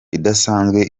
idasanzwe